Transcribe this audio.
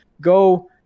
go